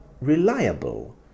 reliable